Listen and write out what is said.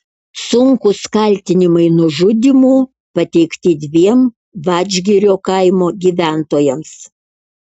sunkūs kaltinimai nužudymu pateikti dviem vadžgirio kaimo gyventojams